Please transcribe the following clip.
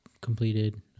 completed